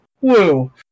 Woo